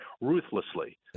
ruthlessly